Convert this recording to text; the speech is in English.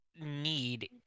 need